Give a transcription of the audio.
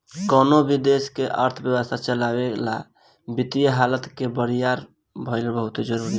कवनो भी देश के अर्थव्यवस्था के चलावे ला वित्तीय हालत के बरियार भईल बहुते जरूरी बा